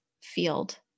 field